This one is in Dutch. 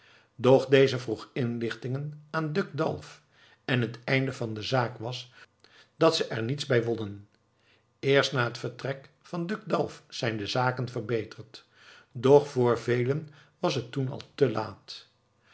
doch deze vroeg inlichtingen aan duc d alv en het einde van de zaak was dat ze er niets bij wonnen eerst na het vertrek van duc d alv zijn de zaken verbeterd doch voor velen was het toen al te laat